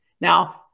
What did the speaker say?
now